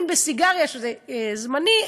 אם בסיגריה זה זמני,